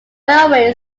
railway